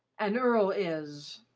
an earl is,